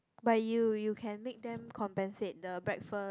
but you you can make them compensate the breakfast